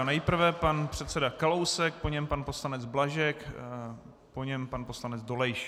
Nejprve pan předseda Kalousek, po něm pan poslanec Blažek, po něm pan poslanec Dolejš.